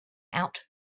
out